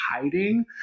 hiding